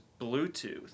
Bluetooth